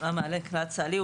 מענה כלל צה"לי,